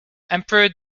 emperor